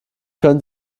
können